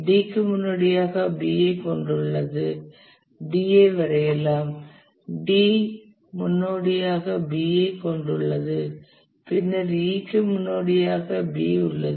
D க்கு முன்னோடியாக B ஐக் கொண்டுள்ளது D ஐ வரையலாம் D முன்னோடியாக B ஐக் கொண்டுள்ளது பின்னர் E க்கு முன்னோடியாக B உள்ளது